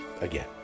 again